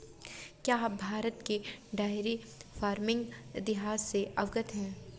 क्या आप भारत के डेयरी फार्मिंग इतिहास से अवगत हैं?